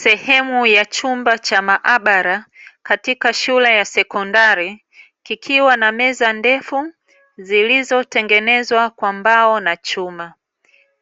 Sehemu ya chumba cha maabara katika shule ya sekondari, kikiwa na meza ndefu zilizotengenezwa kwa mbao na chuma.